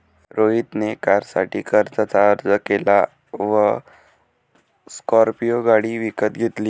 रोहित ने कारसाठी कर्जाचा अर्ज केला व स्कॉर्पियो गाडी विकत घेतली